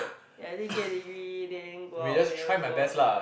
ya then get degree then go out there work